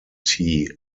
tea